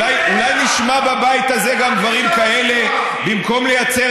אולי נשמע בבית הזה גם דברים כאלה במקום לייצר